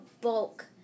bulk